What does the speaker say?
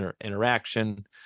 interaction